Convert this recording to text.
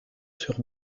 sur